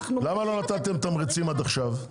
למה לא נתתם תמריצים עד עכשיו?